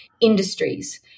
industries